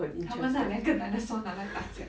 他们拿两个 dinosaur 拿来打架